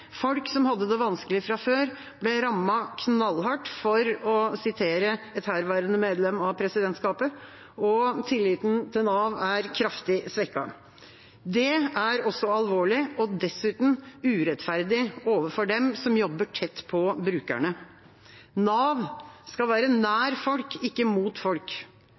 Folk som hadde det vanskelig fra før, ble rammet knallhardt, for å sitere et herværende medlem av presidentskapet, og tilliten til Nav er kraftig svekket. Det er også alvorlig og dessuten urettferdig overfor dem som jobber tett på brukerne. Nav skal være nær folk, ikke mot folk.